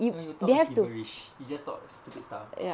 you talk with gibberish you just talk stupid stuff